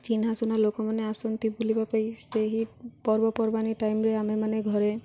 ଚିହ୍ନାସୁନା ଲୋକମାନେ ଆସନ୍ତି ବୁଲିବା ପାଇଁ ସେହି ପର୍ବପର୍ବାଣୀ ଟାଇମ୍ରେ ଆମେମାନେ ଘରେ